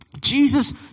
Jesus